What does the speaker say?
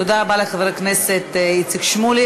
תודה רבה לחבר הכנסת איציק שמולי.